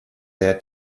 their